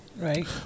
Right